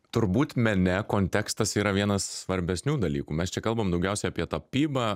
turbūt mene kontekstas yra vienas svarbesnių dalykų mes čia kalbam daugiausia apie tapybą